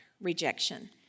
rejection